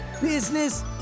business